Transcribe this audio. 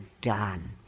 done